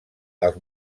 els